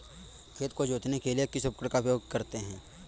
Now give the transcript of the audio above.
खेत को जोतने के लिए किस उपकरण का उपयोग करते हैं?